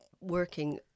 working